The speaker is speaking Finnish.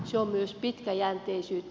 se on myös pitkäjänteisyyttä